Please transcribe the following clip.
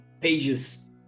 pages